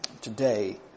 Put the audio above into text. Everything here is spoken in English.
today